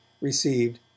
received